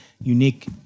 unique